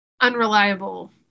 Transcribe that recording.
unreliable